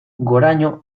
goraño